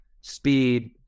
speed